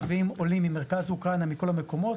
אנחנו מביאים עולים ממרכז אוקראינה מכל המקומות,